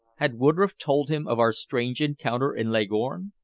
had woodroffe told him of our strange encounter in leghorn?